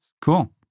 Cool